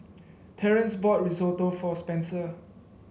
Terance bought Risotto for Spencer